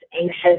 anxious